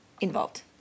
involved